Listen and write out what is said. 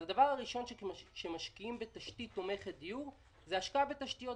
אז הדבר הראשון כשמשקיעים בתשתית תומכת דיור זה השקעה בתשתיות,